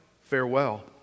farewell